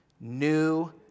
new